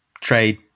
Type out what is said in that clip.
trade